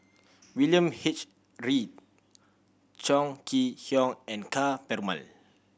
William H Read Chong Kee Hiong and Ka Perumal